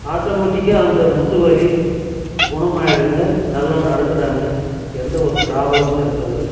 ஆட்டோமேட்டிக்காக அந்த முட்டு வலி குணமாயிடுதுங்க நல்லா நடக்குறாங்க எந்த ஒரு ப்ராப்ளமும் இருக்கிறது இல்லை